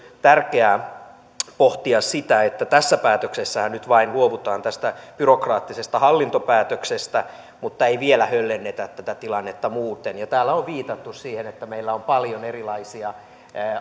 tärkeää myös pohtia sitä että tässä päätöksessähän nyt vain luovutaan tästä byrokraattisesta hallintopäätöksestä mutta ei vielä höllennetä tätä tilannetta muuten täällä on viitattu siihen että meillä on paljon erilaisia